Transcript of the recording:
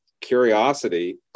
curiosity